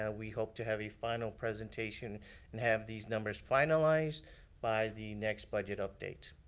ah we hope to have a final presentation and have these numbers finalized by the next budget update.